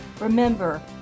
remember